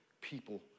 people